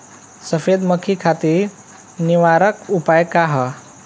सफेद मक्खी खातिर निवारक उपाय का ह?